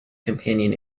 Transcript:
companion